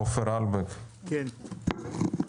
עפר אלבק, בבקשה.